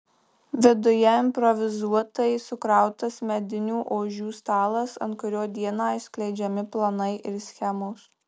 viduje improvizuotai sukrautas medinių ožių stalas ant kurio dieną išskleidžiami planai ir schemos